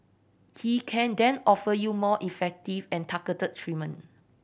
he can then offer you more effective and targeted treatment